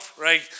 right